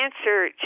answer